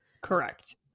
Correct